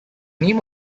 name